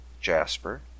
Jasper